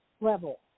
level